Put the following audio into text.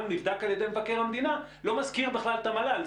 נבדק על ידי מבקר המדינה לא מזכיר בכלל את המל"ל.